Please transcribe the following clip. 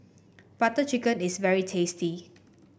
Butter Chicken is very tasty